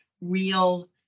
real